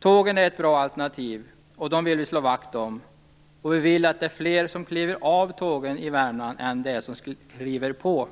Tågen är ett bra alternativ och dem vill vi slå vakt om. Vi vill att de som kliver av tågen i Värmland är fler än de som kliver på.